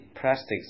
plastics